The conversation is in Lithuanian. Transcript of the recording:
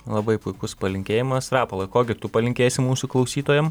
labai puikus palinkėjimas rapolai ko gi tu palinkėsi mūsų klausytojam